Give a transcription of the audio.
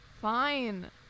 Fine